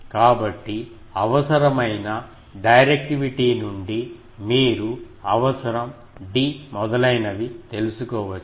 కాబట్టి అవసరమైన డైరెక్టివిటీ నుండి మీరు అవసరం d మొదలైనవి తెలుసుకోవచ్చు